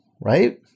right